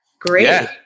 great